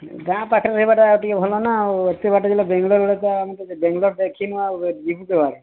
ଗାଁ ପାଖରେ ରହିବାଟା ଟିକେ ଭଲ ନା ଆଉ ଏତେ ବାଟ ଯାଇ ବେଙ୍ଗଲୋରରେ ରହିବା ଆମେ ତ କେବେ ବେଙ୍ଗଲୋର ଦେଖିନୁ ଆଉ ଯିବୁ କେବେ